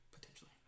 Potentially